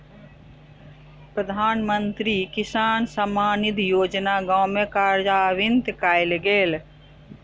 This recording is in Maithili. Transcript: प्रधानमंत्री किसान सम्मान निधि योजना गाम में कार्यान्वित कयल गेल